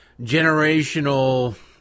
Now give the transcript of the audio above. generational